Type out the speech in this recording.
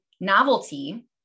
novelty